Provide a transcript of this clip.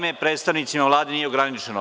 Vreme predstavnicima Vlade nije ograničeno.